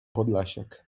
podlasiak